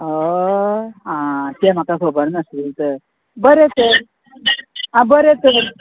हय आं तें म्हाका खबर नाशिल्ले तर बरें तर आं बरें तर